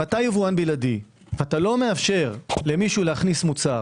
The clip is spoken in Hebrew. אתה יבואן בלעדי ולא מאפשר למישהו להכניס מוצר